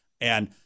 And-